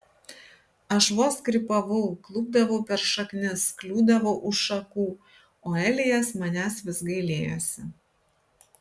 aš vos krypavau klupdavau per šaknis kliūdavau už šakų o elijas manęs vis gailėjosi